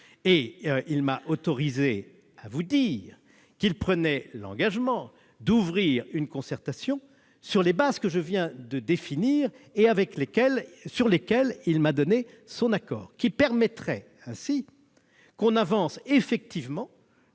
dernier m'a autorisé à vous dire qu'il prenait l'engagement d'ouvrir une concertation sur les bases que je viens de définir et sur lesquelles il m'a donné son accord. Cela nous permettrait d'avancer, mais dans